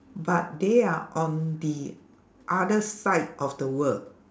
but they are on the other side of the world